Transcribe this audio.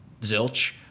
zilch